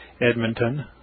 Edmonton